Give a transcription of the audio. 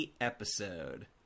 episode